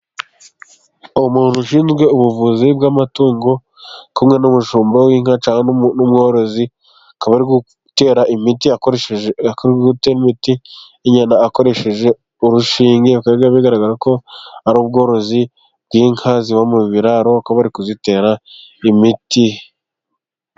Umuntu ushinzwe ubuvuzi bw'amatungo，uri kumwe n'umushumba w'inka cyangwa n'umworozi，akaba ari gutera imiti inyana，akoresheje urushinge，bikaba bigaragara ko ari ubworozi bw'inka ziba mu biraro， bakaba bari kuzitera imiti.